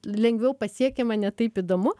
lengviau pasiekiama ne taip įdomu